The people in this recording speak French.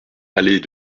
allée